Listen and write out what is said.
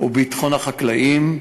וביטחון החקלאים,